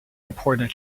important